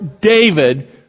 David